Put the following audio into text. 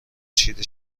چیره